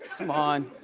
come on.